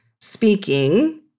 speaking